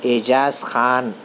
Ejaz Khan